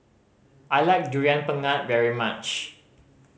I like Durian Pengat very much